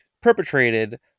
perpetrated